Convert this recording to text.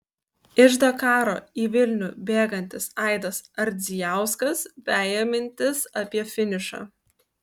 iš dakaro į vilnių bėgantis aidas ardzijauskas veja mintis apie finišą